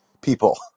people